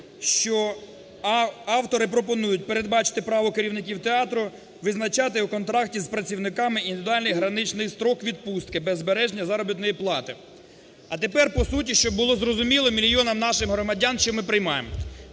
що автори пропонують передбачити право керівників театру визначати в контракті з працівниками індивідуальний граничний строк відпустки без збереження заробітної плати. А тепер по суті, щоб було зрозуміло мільйонам нашим громадян, що ми приймаємо.